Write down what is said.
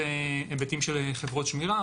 היבטים של חברות שמירה,